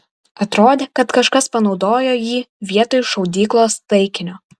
atrodė kad kažkas panaudojo jį vietoj šaudyklos taikinio